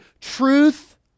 Truth